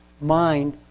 mind